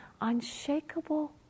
unshakable